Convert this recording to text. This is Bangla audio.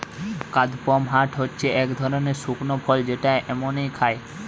কাদপমহাট হচ্ছে এক ধরনের শুকনো ফল যেটা এমনই খায়